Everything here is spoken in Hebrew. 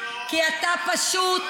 כי אתה פשוט,